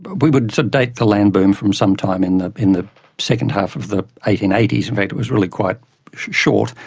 but we would date the land boom from some time in the in the second half of the eighteen eighty s, in fact it was really quite short,